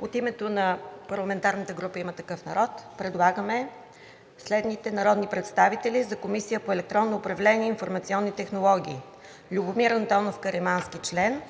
От името на парламентарната група на „Има такъв народ“ предлагаме следните народни представители за Комисията по електронно управление и информационни технологии: Любомир Антонов Каримански – член,